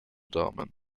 damen